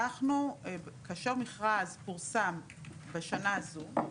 כאשר מכרז פורסם בשנה זו,